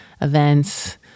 events